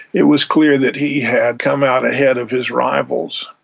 it was clear that he had come out ahead of his rivals.